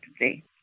today